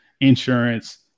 insurance